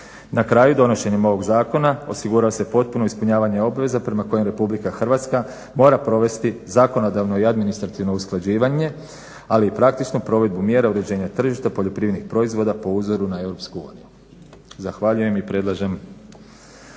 Na kraju, donošenjem ovog zakona osiguralo se potpuno ispunjavanje obveza prema kojima RH mora provesti zakonodavno i administrativno usklađivanje ali i praktičnu provedbu mjera uređenja tržišta poljoprivrednih proizvoda po uzoru na EU. Zahvaljujem i predlažem